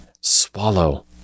swallow